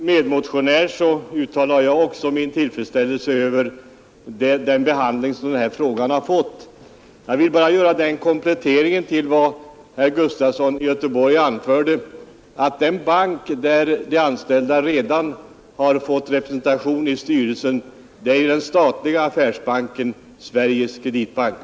Herr talman! Som medmotionär uttalar jag också min tillfredsställelse över den behandling som den här frågan fått. Jag vill bara göra den kompletteringen till vad herr Gustafson i Göteborg anförde, att den bank där de anställda redan har fått representation i styrelsen är den statliga affärsbanken Sveriges kreditbank.